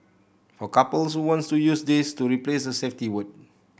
for couples who want to use this to replace the safety word